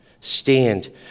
stand